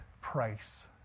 price